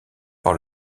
par